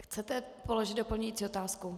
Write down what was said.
Chcete položit doplňující otázku?